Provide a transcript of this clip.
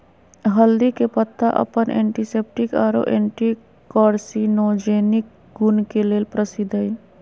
हल्दी के पत्ता अपन एंटीसेप्टिक आरो एंटी कार्सिनोजेनिक गुण के लेल प्रसिद्ध हई